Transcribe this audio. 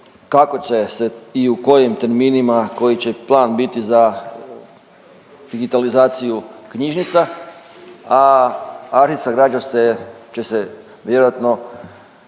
kako će se i u kojim terminima, koji će plan biti za digitalizaciju knjižnica, a arhivska građa se, će se vjerojatno